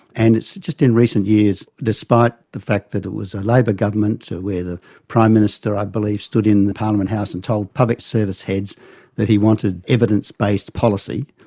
and it's just in recent years, despite the fact that it was a labor government where the prime minister i believe stood in parliament house and told public service heads that he wanted evidence-based policy,